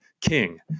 king